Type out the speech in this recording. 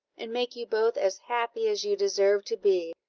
and make you both as happy as you deserve to be!